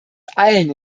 allen